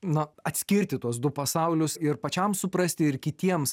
na atskirti tuos du pasaulius ir pačiam suprasti ir kitiems